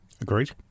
Agreed